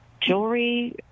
jewelry